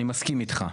אני מסכים איתך.